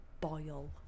boil